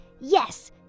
Yes